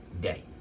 day